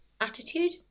Attitude